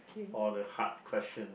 or the hard question